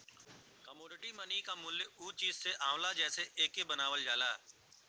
commodity money क मूल्य उ चीज से आवला जेसे एके बनावल जाला